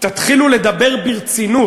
תתחילו לדבר ברצינות.